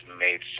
made